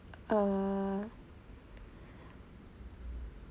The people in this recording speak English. err